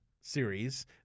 series